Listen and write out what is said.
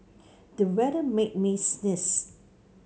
the weather made me sneeze